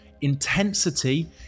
Intensity